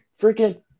freaking